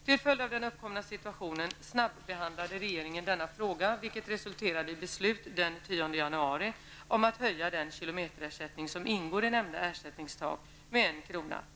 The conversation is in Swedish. Till följd av den uppkomna situationen snabbehandlade regeringen denna fråga, vilket resulterade i beslut den 10 januari om att höja den kilometerersättning som ingår i nämnda ersättningstak med 1 kr.